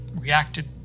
reacted